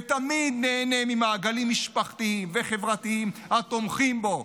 ותמיד נהנה ממעגלים משפחתיים וחברתיים התומכים בו,